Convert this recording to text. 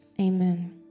Amen